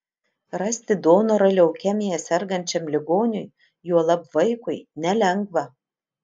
rasti donorą leukemija sergančiam ligoniui juolab vaikui nelengva